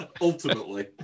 Ultimately